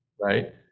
right